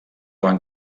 van